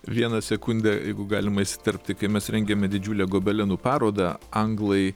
vieną sekundę jeigu galima įsiterpti kai mes rengėme didžiulę gobelenų parodą anglai